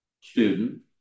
student